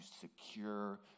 secure